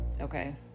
okay